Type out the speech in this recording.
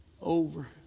over